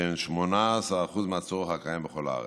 שהן 18% מהצורך הקיים בכל הארץ.